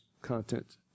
content